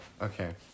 Okay